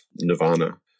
Nirvana